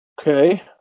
Okay